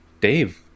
Dave